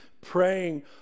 praying